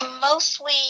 mostly